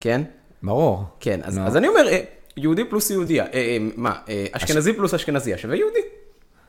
כן? ברור. כן, אז אני אומר, יהודי פלוס יהודייה, מה, אשכנזי פלוס אשכנזייה שווה יהודי.